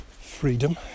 freedom